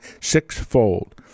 sixfold